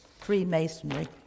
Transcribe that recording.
Freemasonry